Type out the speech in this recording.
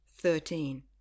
Thirteen